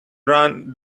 run